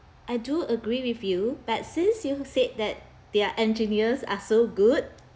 I do agree with you but since you said that their engineers are so good